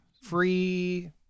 free